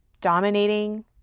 dominating